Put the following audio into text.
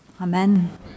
Amen